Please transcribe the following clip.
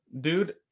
Dude